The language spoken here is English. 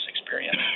experience